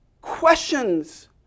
questions